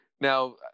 now